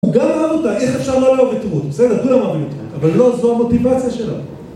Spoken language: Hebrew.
הוא גם אהב אותה, איך אפשר לא לאהוב את רות, בסדר, כולם אוהבים את רות, אבל לא זו המוטיבציה שלו